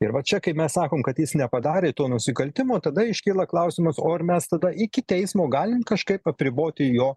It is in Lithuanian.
ir va čia kaip mes sakom kad jis nepadarė to nusikaltimo tada iškyla klausimas o ar mes tada iki teismo galim kažkaip apriboti jo